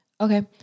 Okay